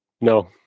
no